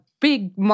big